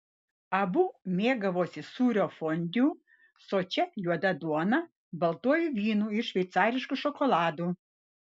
abu mėgavosi sūrio fondiu sočia juoda duona baltuoju vynu ir šveicarišku šokoladu